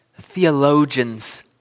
theologians